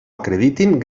acreditin